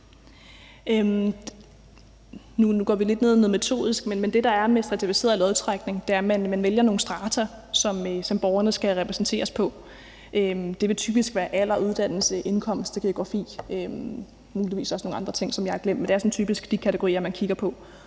Nu går vi lidt ned i noget metodisk, men det, der er med stratificeret lodtrækning, er, at man vælger nogle strata, som borgerne skal repræsenteres på. Det vil typisk være alder, uddannelse, indkomst, geografi og muligvis også nogle andre ting, som jeg har glemt. Men det er typisk de kategorier, man kigger på.